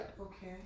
Okay